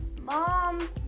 mom